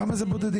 כמה זה בודדים?